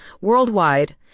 worldwide